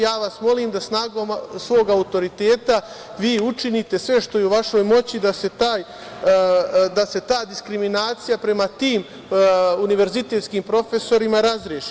Ja vas molim da snagom svog autoriteta vi učinite sve što je u vašoj moći da se ta diskriminacija prema tim univerzitetskim profesorima razreši.